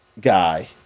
guy